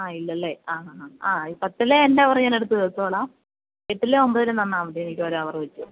ആ ഇല്ലല്ലേ ആ ഹാ പത്തിലെ എന്റെവറ് ഞാന് എടുത്ത് തീര്ത്തോളാം എട്ടിലേം ഒമ്പതിലേം തന്നാൽ മതി എനിക്ക് ഒരു ഹവറ് വെച്ച്